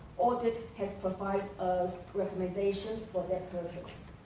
ordered has provided us recommendations for that purpose.